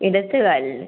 ഇടത്ത് കാലിന്